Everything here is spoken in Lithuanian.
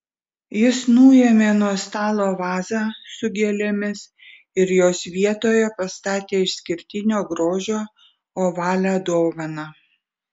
jis nuėmė nuo stalo vazą su gėlėmis ir jos vietoje pastatė išskirtinio grožio ovalią dovaną